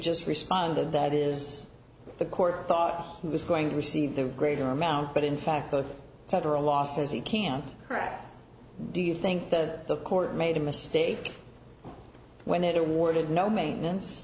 just responded that is the court thought he was going to receive the greater amount but in fact both federal law says he can't correct do you think that the court made a mistake when it warranted no maintenance